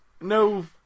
no